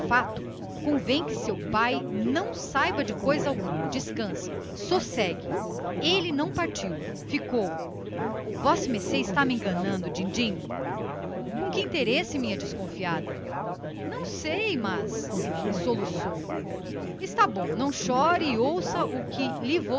espalhafato convém que seu pai não saiba de coisa alguma descanse sossegue raimundo não partiu ficou vossemecê está me enganando dindinho com que interesse minha desconfiada não sei mas e soluçou ainda está bom não chore e ouça o que